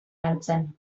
galtzen